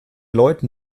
leuten